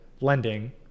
lending